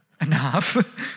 enough